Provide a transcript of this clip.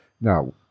Now